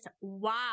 wow